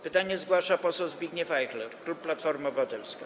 Pytanie zgłasza poseł Zbigniew Ajchler, klub Platforma Obywatelska.